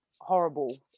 horrible